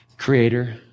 Creator